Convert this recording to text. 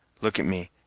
look at me!